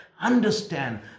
understand